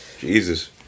Jesus